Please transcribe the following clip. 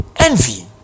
envy